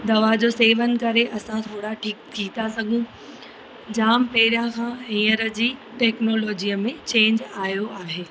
दवा जो सेवन करे असां थोरा ठीक थी था सघूं जाम पहिरियां खां हींअर जी टेक्नोलॉजीअ में चेंज आहियो आहे